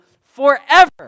forever